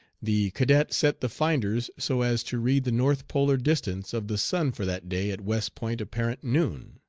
the cadet set the finders so as to read the north polar distance of the sun for that day at west point apparent noon.